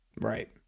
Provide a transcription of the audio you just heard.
Right